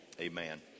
Amen